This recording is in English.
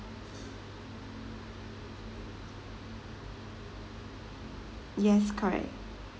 yes correct